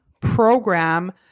program